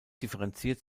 differenziert